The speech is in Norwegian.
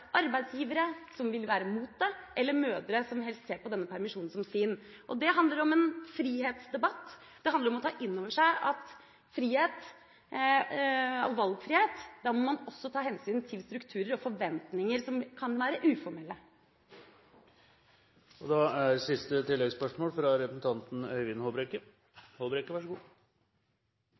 arbeidsgivere som vil være mot det, eller mødre som helst ser på denne permisjonen som sin. Det handler om en frihetsdebatt, det handler om å ta inn over seg at når det gjelder frihet, og valgfrihet, må man også ta hensyn til strukturer og forventninger som kan være uformelle. Øyvind Håbrekke – til oppfølgingsspørsmål. Det er bra å høre at regjeringen ser behovet for forenklinger, så